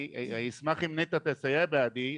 אני אשמח אם נטע תסייע בעדי.